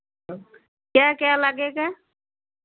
क्या क्या लगेगा